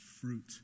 fruit